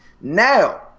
Now